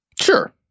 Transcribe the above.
Sure